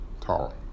tall